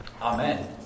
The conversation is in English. Amen